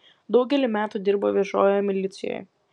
daugelį metų dirbo viešojoj milicijoj